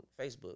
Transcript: facebook